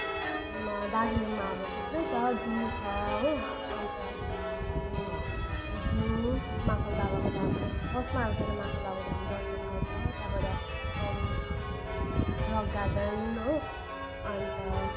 मा दार्जिलिङमा अब थुप्रै छ जू छ हो अन्त अनि जू महाकाल बाबाको धाम त्यो फर्स्टमा हो त्यो त महाकाल बाबाको धाम दर्शन गर्छ त्यहाँबाट रक गार्डन हो अन्त